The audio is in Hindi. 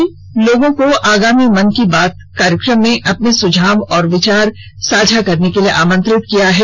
श्री मोदी ने लोगों को आगामी मन की बात कार्यक्रम में अपने सुझाव और विचार साझा करने के लिए आमंत्रित किया है